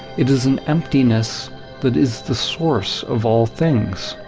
it is an emptiness that is the source of all things.